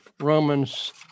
Romans